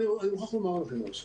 אני מוכרח לומר לכם משהו.